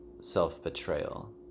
self-betrayal